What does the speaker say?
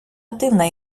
дивна